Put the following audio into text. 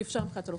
אי אפשר מבחינת לוח